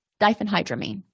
Diphenhydramine